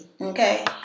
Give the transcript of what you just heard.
Okay